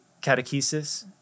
catechesis